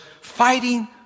fighting